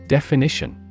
Definition